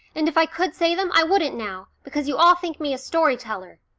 and if i could say them i wouldn't now, because you all think me a story-teller.